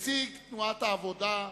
נציג תנועת העבודה,